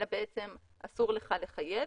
אלא אסור לך חייב,